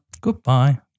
Goodbye